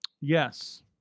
Yes